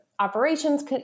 operations